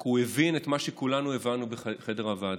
כי הוא הבין את מה שכולנו הבנו בחדר הוועדה,